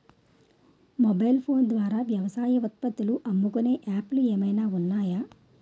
Mobile phone ద్వారా వ్యవసాయ ఉత్పత్తులు అమ్ముకునే యాప్ లు ఏమైనా ఉన్నాయా?